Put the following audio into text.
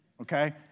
okay